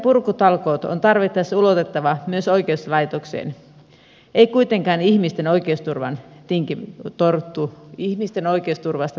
byrokratianpurkutalkoot on tarvittaessa ulotettava myös oikeuslaitokseen ei kuitenkaan ihmisten oikeusturvasta tinkimällä